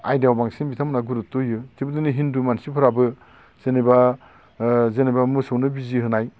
आयदायाव बांसिन बिथांमोना गुरुदथ' होयो थिग बिदिनो हिन्दु मानसिफ्राबो जेनेबा ओ जेनेबा मोसौनो बिजि होनाय